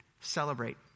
celebrate